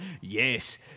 Yes